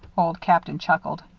old captain chuckled.